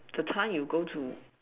the time you go to